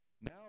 Now